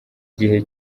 gihe